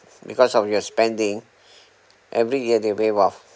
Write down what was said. because of your spending every year they waive off